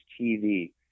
TV